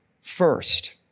first